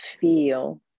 feel